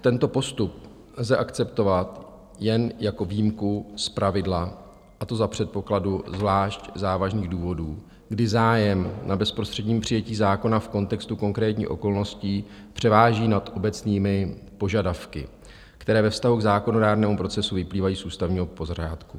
Tento postup lze akceptovat jen jako výjimku z pravidla, a to za předpokladu zvlášť závažných důvodů, kdy zájem na bezprostředním přijetí zákona v kontextu konkrétních okolností převáží nad obecnými požadavky, které ve vztahu k zákonodárnému procesu vyplývají z ústavního pořádku.